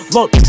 Look